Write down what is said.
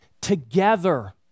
together